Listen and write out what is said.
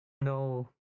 No